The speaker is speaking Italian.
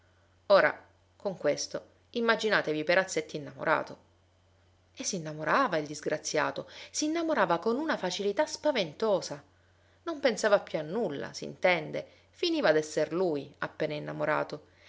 ora con questo immaginatevi perazzetti innamorato e s'innamorava il disgraziato s'innamorava con una facilità spaventosa non pensava più a nulla s'intende finiva d'esser lui appena innamorato